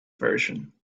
version